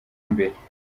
imbere